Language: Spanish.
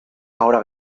ahora